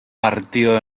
partido